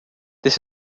this